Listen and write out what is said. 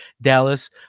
Dallas